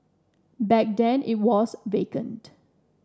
back then it was vacant